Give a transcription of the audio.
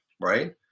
right